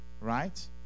Right